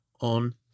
on